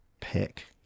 pick